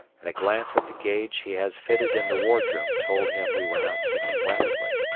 and a glance at the gauge he has fitted in the wardroom told him we were not sinking rapidly.